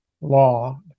law